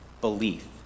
belief